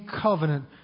covenant